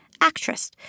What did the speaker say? actress